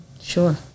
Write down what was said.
Sure